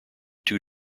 two